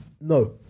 No